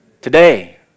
Today